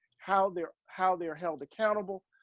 how they're, how they're held accountable,